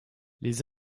les